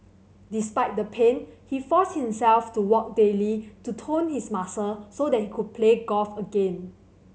despite the pain he forced himself to walk daily to tone his muscle so that he could play golf again